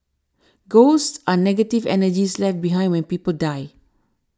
ghosts are negative energies left behind when people die